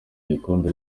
gikombe